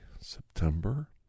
September